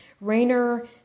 Rayner